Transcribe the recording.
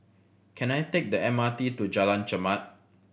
can I take the M R T to Jalan Chermat